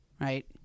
right